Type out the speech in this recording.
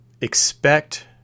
expect